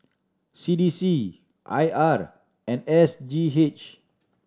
C D C I R and S G H